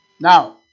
Now